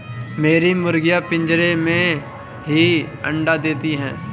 मेरी मुर्गियां पिंजरे में ही अंडा देती हैं